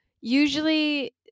usually